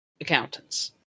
accountants